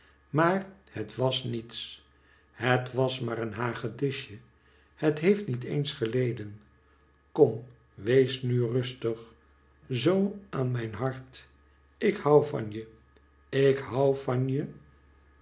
maar het was niets het was maar een hagedisje het heeft niet eens geleden kom weesnu rustig zoo aan mijn hart ik hou van je ik hoii van je